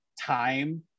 time